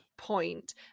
Point